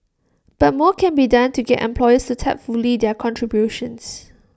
but more can be done to get employers to tap fully their contributions